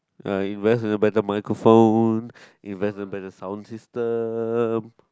uh invest in a better microphone invest in a better sound system